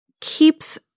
keeps